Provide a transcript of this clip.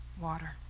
water